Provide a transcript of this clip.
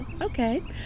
Okay